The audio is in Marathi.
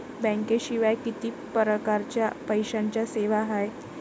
बँकेशिवाय किती परकारच्या पैशांच्या सेवा हाय?